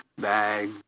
bag